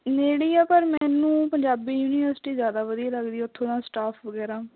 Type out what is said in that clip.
ਨੇੜੇ ਹੀ ਆ ਪਰ ਮੈਨੂੰ ਪੰਜਾਬੀ ਯੂਨੀਵਰਸਿਟੀ ਜ਼ਿਆਦਾ ਵਧੀਆ ਲੱਗਦੀ ਉੱਥੋਂ ਦਾ ਸਟਾਫ ਵਗੈਰਾ